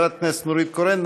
חברת הכנסת נורית קורן,